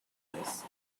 this